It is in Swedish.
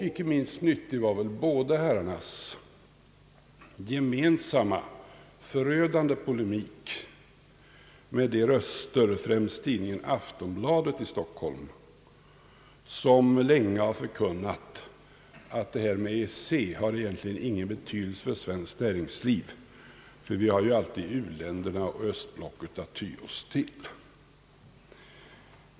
Inte minst nyttig var väl de båda herrarnas gemensamma, förödande polemik med de röster — främst i tidningen Aftonbladet i Stockholm — som länge har förkunnat att detta med EEC egentligen inte har någon betydelse för svenskt näringsliv, eftersom vi ju alltid har u-länderna och östblocket att ty oss till.